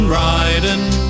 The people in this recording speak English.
riding